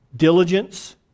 Diligence